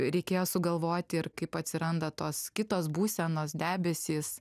reikėjo sugalvoti ir kaip atsiranda tos kitos būsenos debesys